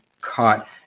caught